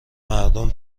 مردم